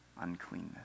uncleanness